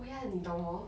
oh ya 你懂 hor